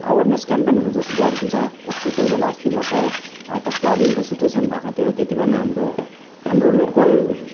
awareness केम्पेनहरू जस गरिन्छ जस्तै कोही बेला अस्ति भर्खर त फ्लडिङको सिच्वेसन भएको थियो त्यति बेला पनि हाम्रो हाम्रो लोकल